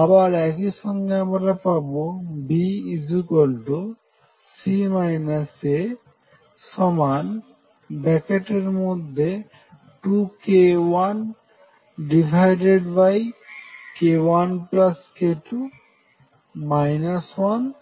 আবার একইসঙ্গে আমরা পাবো BC A 2k1k1k2 1A